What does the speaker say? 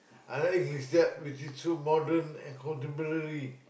I like Ikea which is so modern and contemporary